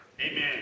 Amen